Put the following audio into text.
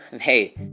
hey